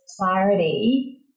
clarity